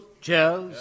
cheers